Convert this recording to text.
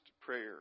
prayer